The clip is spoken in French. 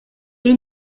est